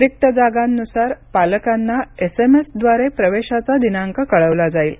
रिक्त जागांनुसार पालकांना एसएमएसद्वारे प्रवेशाचा दिनांक कळविला जाईल